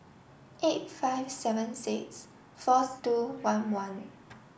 eight five seven six four two one one